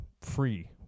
free